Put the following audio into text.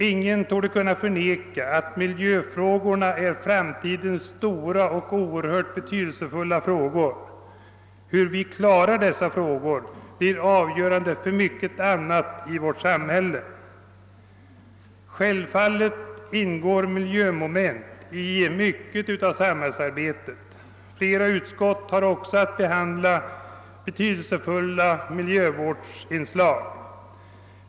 Ingen torde kunna förneka att miljöfrågorna är framtidens stora och oerhört betydelsefulla frågor. Hur vi skall lösa dessa problem blir avgörande även för mycket annat. Självfallet ingår miljövårdsmoment i mycket av sambhällsarbetet. Flera utskott har att behandla frågor med betydelsefulla miljövårdsinslag.